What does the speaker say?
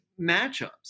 matchups